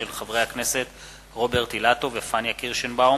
מאת חברי הכנסת רוברט אילטוב ופניה קירשנבאום,